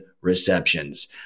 receptions